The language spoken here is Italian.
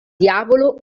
diavolo